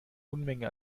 unmenge